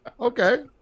okay